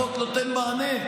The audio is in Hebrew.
החוק נותן מענה.